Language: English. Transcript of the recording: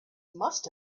must